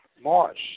Marsh